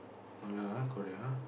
err ya [huh] correct [huh]